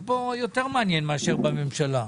פה יותר מעניין מאשר בממשלה.